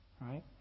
right